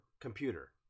computer